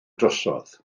drosodd